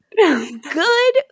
good